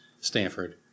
Stanford